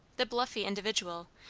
the bluffy individual,